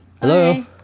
Hello